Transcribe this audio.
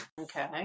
Okay